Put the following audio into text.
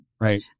Right